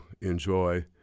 enjoy